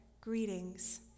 Greetings